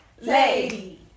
lady